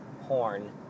horn